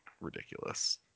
ridiculous